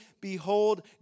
Behold